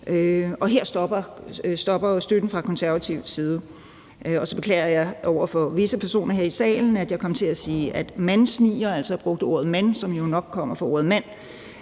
her stopper støtten fra konservativ side. Så beklager jeg over for visse personer her i salen, at jeg kom til at ordet man, som jo nok kommer af ordet mand.